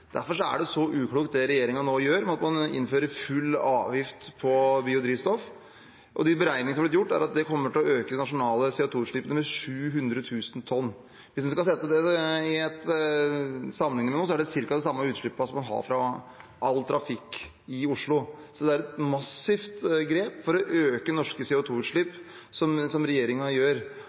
Derfor er det regjeringen nå gjør, med at man innfører full avgift på biodrivstoff, så uklokt. De beregningene som er blitt gjort, viser at det kommer til å øke de nasjonale CO 2 -utslippene med 700 000 tonn. Hvis en skal sammenligne det med noe, er det ca. de samme utslippene som en har fra all trafikk i Oslo. Så det er et massivt grep for å øke norske CO 2 -utslipp som regjeringen gjør.